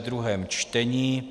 druhé čtení